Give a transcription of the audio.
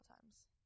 times